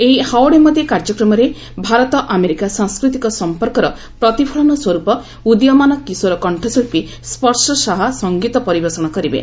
ଏହି 'ହାଉଡି ମୋଦୀ' କାର୍ଯ୍ୟକ୍ରମରେ ଭାରତ ଆମେରିକା ସାଂସ୍କୃତିକ ସମ୍ପର୍କର ପ୍ରତିଫଳନ ସ୍ୱର୍ପ ଉଦୀୟମାନ କିଶୋର କଣ୍ଠଶିଳ୍ପୀ ସ୍ୱର୍ଶ ଶାହା ସଙ୍ଗୀତ ପରିବେଷଣ କରିବେ